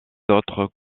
autres